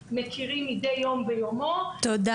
שאנחנו מכירים מדי יום ביומו, לצערי,